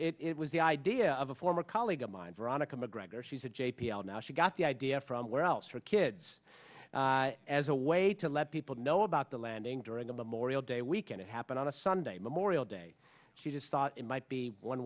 quickly it was the idea of a former colleague of mine veronica mcgregor she's at j p l now she got the idea from where else for kids as a way to let people know about the landing during the memorial day weekend it happened on a sunday memorial day she just thought it might be one